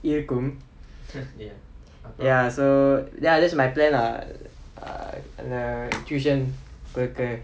இருக்கும்:irukkum ya so ya that's my plan lah err err tuition worker